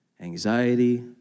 anxiety